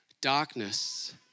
Darkness